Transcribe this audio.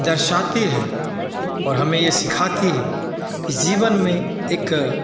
दर्शाते हैं और हमें ये सिखाती है कि जीवन में एक